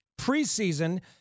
preseason –